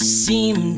seem